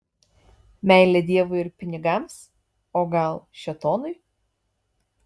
meilė dievui ir pinigams o gal šėtonui